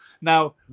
Now